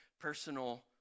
personal